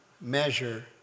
measure